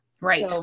Right